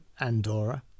Andorra